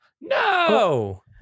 no